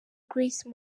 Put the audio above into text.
grace